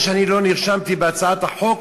זה שאני לא נרשמתי בהצעת החוק,